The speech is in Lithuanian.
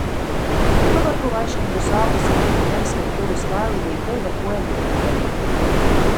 pavargau aiškinti suaugusiems žmonėms kad kilus karui vaikai evakuojami pirmieji